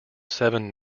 seven